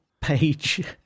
page